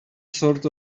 sort